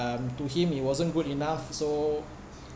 um to him it wasn't good enough so